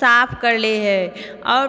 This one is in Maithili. साफ कर लै हय आओर